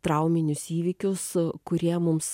trauminius įvykius kurie mums